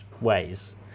ways